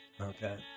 Okay